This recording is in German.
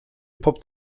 poppt